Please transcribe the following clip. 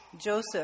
Joseph